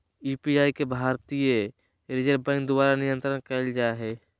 UPI के भारतीय reserve bank द्वारा नियंत्रित कइल जा हइ